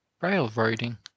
railroading